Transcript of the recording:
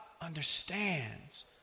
understands